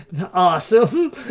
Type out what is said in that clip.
Awesome